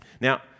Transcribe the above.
Now